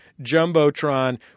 Jumbotron